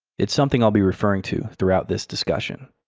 it's something i'll be referring to throughout this discussion.